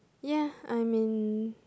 ya I'm in